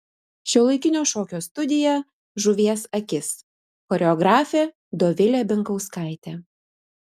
šiuolaikinio šokio studija žuvies akis choreografė dovilė binkauskaitė